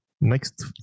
next